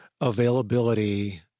availability